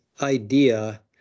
idea